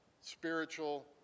spiritual